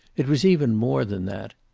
it was even more than that.